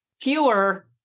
fewer